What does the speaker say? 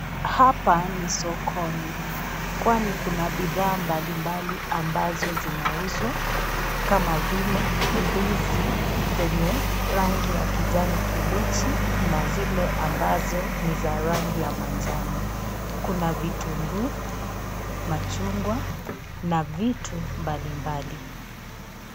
Hapa ni sokoni kwani kuna bidhaa mbali mbali ambzo zinauzwa kama vile ndizi zenye rangi ya kijani kibichi na zile ambazo ni za rangi ya manjano, kuna vitunguu machungwa na vitu mbalimbali.